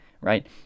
right